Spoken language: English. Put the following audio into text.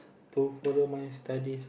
to further my studies